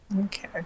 Okay